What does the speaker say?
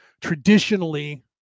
traditionally